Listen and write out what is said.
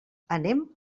anem